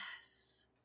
Yes